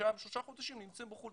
חודשיים שלושה חודשים הם נמצאים בחו"ל.